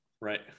Right